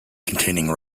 containing